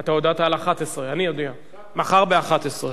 אתה הודעת על 11:00. אני אודיע: מחר ב-11:00.